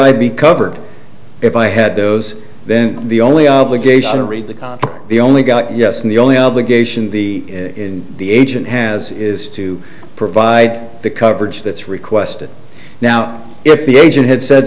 i be covered if i had those then the only obligation to read the contract the only got yes and the only obligation the in the agent has is to provide the coverage that's requested now if the agent had said